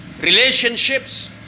relationships